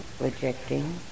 rejecting